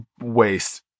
waste